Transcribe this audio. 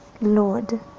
lord